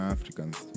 Africans